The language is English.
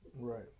Right